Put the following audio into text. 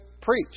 preach